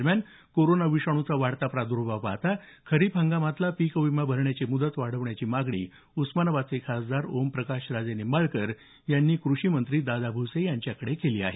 दरम्यान कोरोना विषाणूचा वाढता प्राद्भाव पाहता खरीप हंगामातला पीक विमा भरण्याची मुदत वाढवण्याची मागणी उस्मानाबादचे खासदार ओमप्रकाश राजेनिंबाळकर यांनी कृषीमंत्री दादा भूसे यांच्याकडे केली आहे